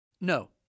No